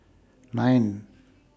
nine